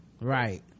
Right